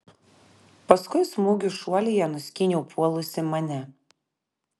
paskui smūgiu šuolyje nuskyniau puolusį mane